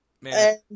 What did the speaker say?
Man